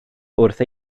wrth